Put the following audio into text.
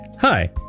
Hi